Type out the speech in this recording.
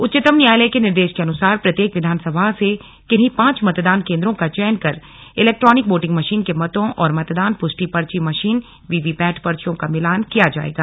उच्चतम न्यायालय के निर्देश के अनुसार प्रत्येक विधानसभा से किन्ही पांच मतदान केन्द्रों का चयन कर इलेक्ट्रानिक वोटिंग मशीन के मतों और मतदान पुष्टि पर्ची मशीन वीवीपैट पर्चियों का मिलान किया जाएगा